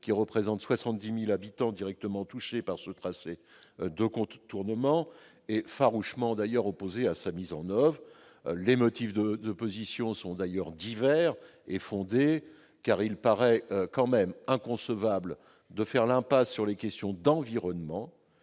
représentant 70 000 habitants directement touchés par ce tracé de contournement et farouchement opposés à sa mise en oeuvre. Les motifs d'opposition sont divers et fondés. De fait, il paraît inconcevable de faire l'impasse sur les questions d'environnement,